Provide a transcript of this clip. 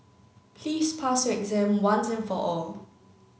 please pass your exam once and for all